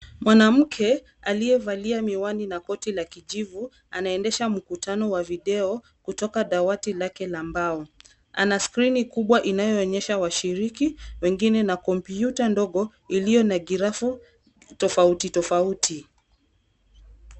Mwanamke aliyevalia miwani na koti la kijivu anaendesha mkutano wa video kutoka dawati lake la mbao. Ana skrini kubwa inayoonyesha washiriki wengine na kompyuta ndogo iliyo na grafu tofauti tofauti.